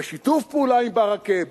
בשיתוף פעולה עם ברכה,